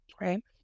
Right